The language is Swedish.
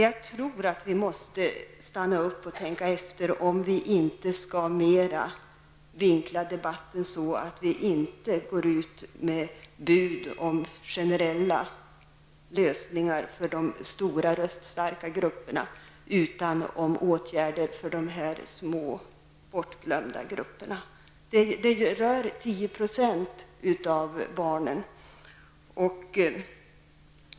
Jag tror att vi måste stanna upp och tänka efter om vi inte skall vinkla debatten så att vi inte går ut med bud om generella lösningar för de stora röststarka grupperna utan om åtgärder för de här små bortglömda grupperna. Det rör 10 % av barnen.